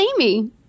Amy